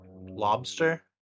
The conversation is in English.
Lobster